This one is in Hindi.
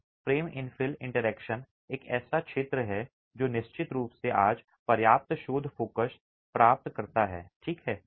तो फ़्रेम इनफ़िल इंटरैक्शन एक ऐसा क्षेत्र है जो निश्चित रूप से आज पर्याप्त शोध फ़ोकस प्राप्त करता है ठीक है